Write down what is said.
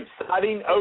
exciting